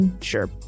sure